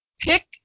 Pick